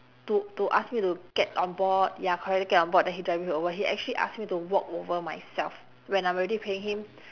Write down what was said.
to to ask me to get on board ya correct to get on board then he drive me over he actually ask me to walk over myself when I'm already paying him